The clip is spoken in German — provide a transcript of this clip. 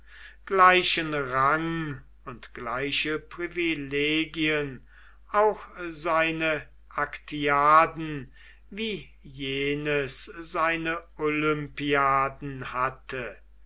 gleichen rang und gleiche privilegien auch seine aktfaden wie jenes seine olympiaden hatte